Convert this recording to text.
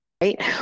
right